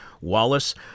Wallace